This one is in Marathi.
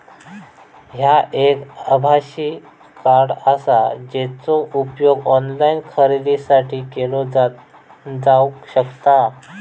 ह्या एक आभासी कार्ड आसा, जेचो उपयोग ऑनलाईन खरेदीसाठी केलो जावक शकता